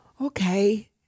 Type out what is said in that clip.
okay